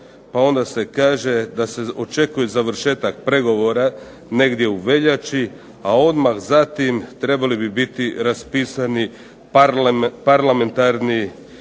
pa onda se kaže da se očekuje završetak pregovora negdje u veljači, a odmah zatim trebali bi biti raspisani parlamentarni izbori